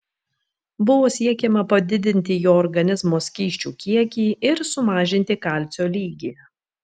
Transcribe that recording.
buvo siekiama padidinti jo organizmo skysčių kiekį ir sumažinti kalcio lygį